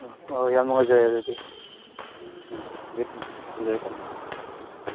ꯑꯥ ꯍꯣꯏ ꯌꯥꯝ ꯅꯨꯡꯉꯥꯏꯖꯔꯦ ꯑꯗꯨꯗꯤ ꯎꯝ ꯊꯝꯖꯔꯦ ꯊꯝ